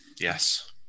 Yes